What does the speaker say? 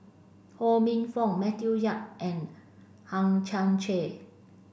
Ho Minfong Matthew Yap and Hang Chang Chieh